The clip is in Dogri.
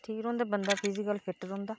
ठीक रौहंदा बंदा फिजिकल फिट रौंहदा